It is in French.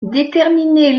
déterminer